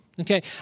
Okay